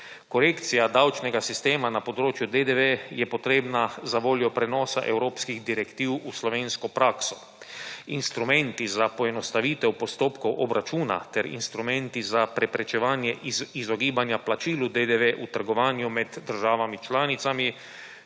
Korekcija davčnega sistema na področju DDV je potrebna zavoljo prenosa evropskih direktiv v slovensko prakso. Instrumenti za poenostavitev postopkov obračuna ter instrumenti za preprečevanje izogibanja plačil v DDV v trgovanju med državami članicami